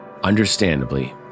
Understandably